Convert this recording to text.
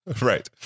Right